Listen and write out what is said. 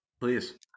Please